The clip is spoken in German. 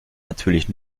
natürlich